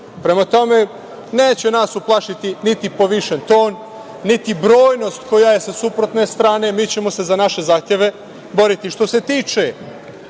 tome, neće nas uplašiti ni povišen ton, ni brojnost koja je sa suprotne strane, mi ćemo se za naše zahteve boriti. Što se tiče